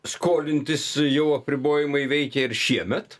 skolintis jau apribojimai veikė ir šiemet